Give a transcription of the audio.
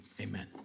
amen